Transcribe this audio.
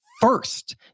first